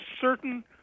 certain